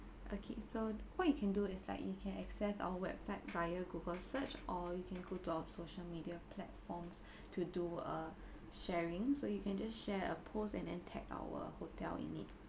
okay so what you can do is like you can access our website via google search or you can go to our social media platforms to you uh sharing so you can just share a post and tag our hotel in it